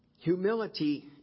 Humility